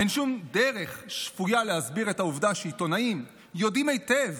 אין שום דרך שפויה להסביר את העובדה שעיתונאים יודעים היטב